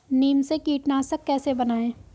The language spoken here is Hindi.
नीम से कीटनाशक कैसे बनाएं?